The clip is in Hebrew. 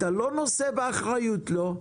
אתה לא נושא באחריות לו.